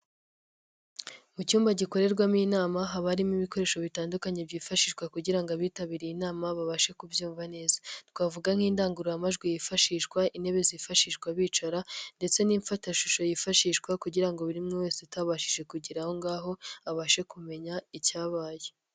Mu cyumba gikorerwamo inama haba harimo ibikoresho bitandukanye byifashishwa kugira ngo abitabiriye inama babashe kubyumva neza, twavuga nk'indangururamajwi yifashishwa, intebe zifashishwa bicara ndetse n'ifatashusho yifashishwa, kugira ngo buri muntu wese atabashije kugera aho ngaho abashe kumenya icyabaye.